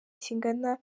kingana